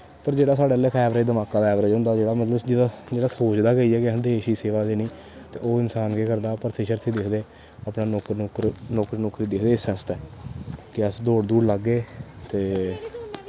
पर जेह्ड़ा साढ़े आह्ला ऐवरेज़ दमाका दा ऐवरेज़ मतलब जेह्ड़ा जेह्ड़ा जेह्ड़ा सोचदा गै इ'यां असें देश दी सेवा देनी ते ओह् इंसान केह् करदा भर्थी शर्थी दिखदे अपना नौकरी नौकर नौकरी नौकूरी दिखदे इस आस्तै के अस दौड़ दूड़ लागे ते